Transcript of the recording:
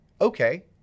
Okay